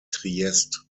triest